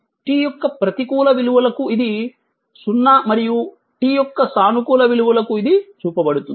t యొక్క ప్రతికూల విలువలకు ఇది 0 మరియు t యొక్క సానుకూల విలువలకు ఇది చూపబడుతుంది